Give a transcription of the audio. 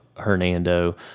Hernando